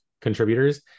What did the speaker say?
contributors